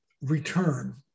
return